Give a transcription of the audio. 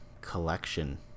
collection